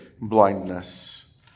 blindness